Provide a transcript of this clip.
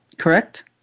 correct